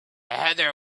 heather